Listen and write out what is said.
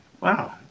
Wow